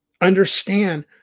understand